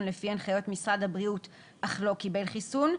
לפי הנחיות משרד הבריאות אך לא קיבל חיסון,